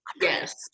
yes